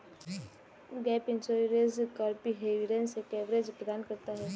gap insurance comprehensive coverage प्रदान करता है